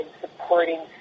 supporting